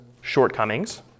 shortcomings